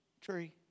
tree